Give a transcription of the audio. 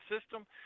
system